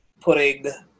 putting